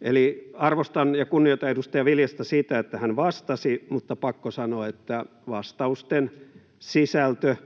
Eli arvostan ja kunnioitan edustaja Viljasta siitä, että hän vastasi, mutta on pakko sanoa, että vastausten sisältö